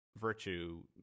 virtue